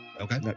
Okay